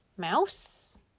mouse